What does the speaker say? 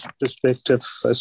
perspective